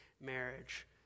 marriage